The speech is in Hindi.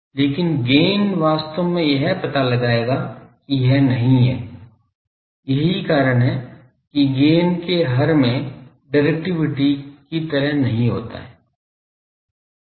लेकिन गैन वास्तव में यह पता लगाएगा कि यह नहीं है यही कारण है कि गैन के हर में डिरेक्टिविटी की तरह नहीं होता है